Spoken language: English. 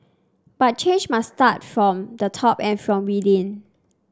but change must start from the top and from within